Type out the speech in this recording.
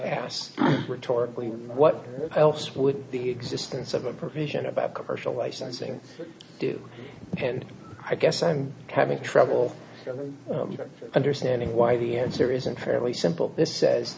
rhetorical what else would the existence of a provision about commercial licensing do and i guess i'm having trouble understanding why the answer isn't fairly simple this says